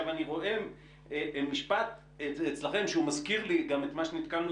אני רואה משפט אצלכם שהוא מזכיר לי גם את מה שנתקלנו